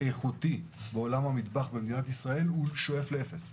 איכותי בעולם המטבח במדינת ישראל שואף לאפס,